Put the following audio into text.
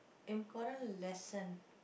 important lesson